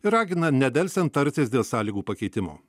ir ragina nedelsiant tartis dėl sąlygų pakeitimo